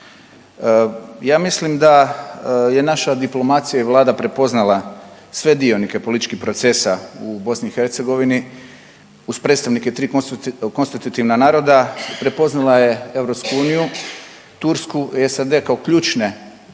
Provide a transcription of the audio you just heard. Ja mislim da je naša diplomacija i vlada prepoznala sve dionike političkih procesa u BiH uz predstavnike tri konstitutivna naroda, prepoznala je EU, Tursku i SAD kao ključne